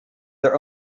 their